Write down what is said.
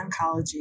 oncology